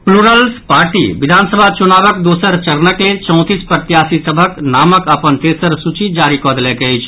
Plurals party विधानसभा चुनावक दोसर चरणक लेल चौंतीस प्रत्याशी सभक नामक अपन तेसर सूची जारी कऽ देलक अछि